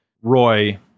Roy